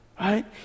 right